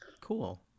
cool